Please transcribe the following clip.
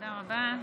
תודה רבה.